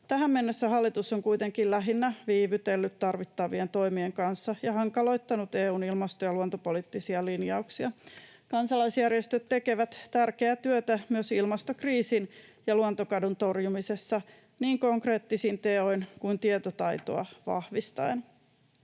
Tähän mennessä hallitus on kuitenkin lähinnä viivytellyt tarvittavien toimien kanssa ja hankaloittanut EU:n ilmasto- ja luontopoliittisia linjauksia. Kansalaisjärjestöt tekevät tärkeää työtä myös ilmastokriisin ja luontokadon torjumisessa niin konkreettisin teoin kuin tietotaitoa vahvistaen.